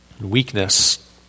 weakness